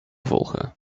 volgen